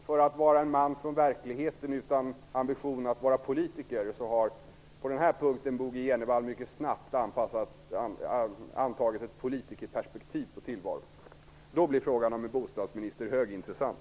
För att vara en man från verkligheten utan ambition att vara politiker har Bo G Jenevall på den här punkten mycket snabbt antagit ett politikerperspektiv på tillvaron. Då blir frågan om en bostadsminister högintressant.